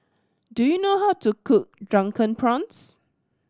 do you know how to cook Drunken Prawns